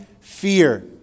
fear